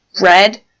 red